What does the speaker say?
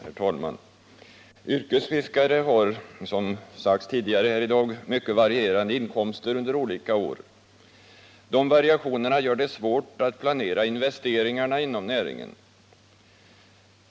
Herr talman! Yrkesfiskare har som sagts tidigare här i dag mycket varierande inkomster under olika år. Variationerna gör det svårt att planera investeringarna inom näringen.